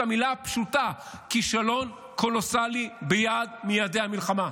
המילה הפשוטה: כישלון קולוסלי ביעד מיעדי המלחמה.